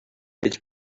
its